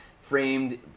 framed